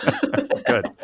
Good